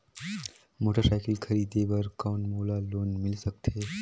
Motorcycle खरीदे बर कौन मोला लोन मिल सकथे?